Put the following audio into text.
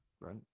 right